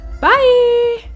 Bye